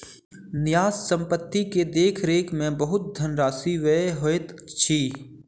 न्यास संपत्ति के देख रेख में बहुत धनराशि व्यय होइत अछि